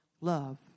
love